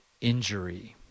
injury